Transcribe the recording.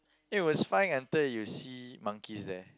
it was fine until you see monkeys there